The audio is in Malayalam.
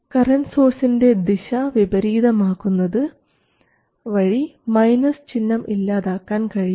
കറൻറ് സോഴ്സിൻറെ ദിശ വിപരീതമാക്കുന്നത് വഴി മൈനസ് ചിഹ്നം ഇല്ലാതാക്കാൻ കഴിയും